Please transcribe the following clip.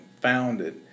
founded